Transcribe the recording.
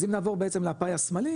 אז אם נעבור בעצם לפאי השמאלי,